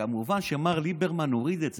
כמובן שמר ליברמן הוריד את זה.